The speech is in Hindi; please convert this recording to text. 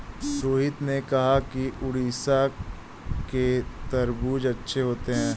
रोहित ने कहा कि उड़ीसा के तरबूज़ अच्छे होते हैं